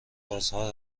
بازها